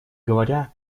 говоря